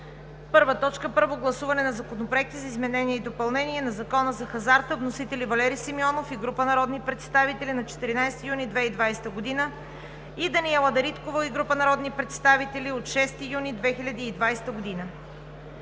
г.: „1. Първо гласуване на законопроекти за изменение и допълнение на Закона за хазарта. Вносители – Валери Симеонов и група народни представители, 4 юни 2020 г.; Даниела Дариткова и група народни представители, 5 юни 2020 г.